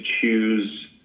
choose